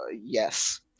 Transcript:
yes